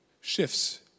shifts